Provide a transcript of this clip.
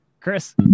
Chris